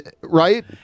Right